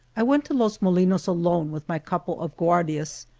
i went to los molinos alone with my couple of guardias,